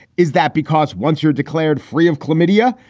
is that because once you're declared free of chlamydia,